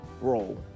role